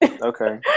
Okay